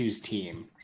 team